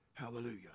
Hallelujah